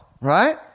right